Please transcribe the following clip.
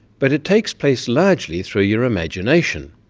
but it takes place largely through your imagination.